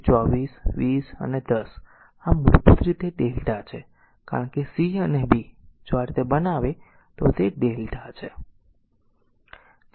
તેથી 24 20 અને 10 આ મૂળભૂત રીતે r Δ છે કારણ કે c અને b જો આ રીતે જ બનાવે તો તે Δ છે